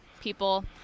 people